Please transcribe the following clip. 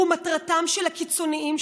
הוא מטרתם של הקיצונים,